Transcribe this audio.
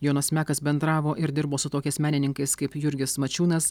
jonas mekas bendravo ir dirbo su tokiais menininkais kaip jurgis mačiūnas